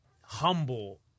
humble